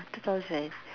two thousand